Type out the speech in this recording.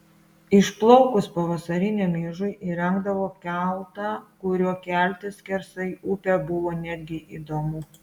išplaukus pavasariniam ižui įrengdavo keltą kuriuo keltis skersai upę buvo netgi įdomu